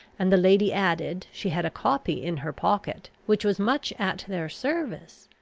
and the lady added, she had a copy in her pocket, which was much at their service,